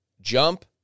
jump